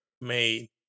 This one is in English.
made